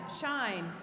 shine